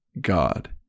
God